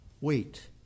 wait